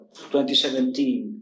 2017